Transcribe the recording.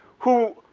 who,